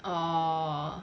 oh